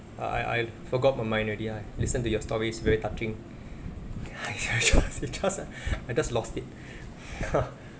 I I I forgot my mine already ah I listen to your stories very touching I just I just I just lost it